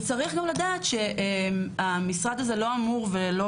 וצריך גם לדעת שהמשרד הזה לא אמור ולא